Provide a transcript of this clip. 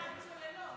סליחה, מה עם הצוללות?